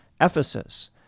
Ephesus